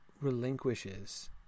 relinquishes